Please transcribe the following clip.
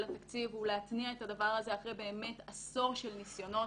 התקציב ולהתניע את הדבר הזה אחרי באמת עשור של ניסיונות.